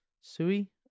Sui